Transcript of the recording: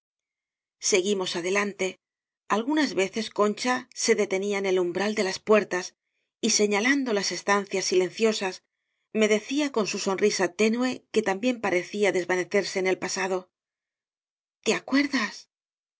seguimos adelante algunas veces concha se detenía en el umbral de las puertas y se ñalando las estancias silenciosas me decia con su sonrisa tenue que también parecía desvanecerse en el pasado te acuerdas